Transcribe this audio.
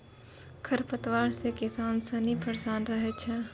खरपतवार से किसान सनी परेशान रहै छै